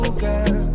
girl